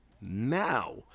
Now